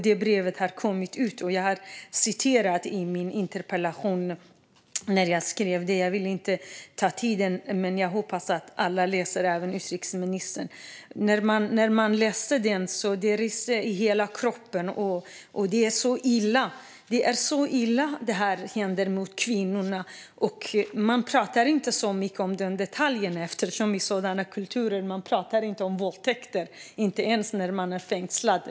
Det brevet har kommit ut, och jag har citerat det i min interpellation. Jag hoppas att alla läser det, även utrikesministern. När man läser det ryser man i hela kroppen. Det är så illa att detta görs mot kvinnorna. Eftersom man inte pratar om våldtäkter i sådana kulturer pratar man inte så mycket om detaljerna, inte ens när man är fängslad.